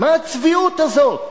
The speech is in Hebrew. מה הצביעות הזאת?